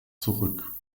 zurück